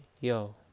Yo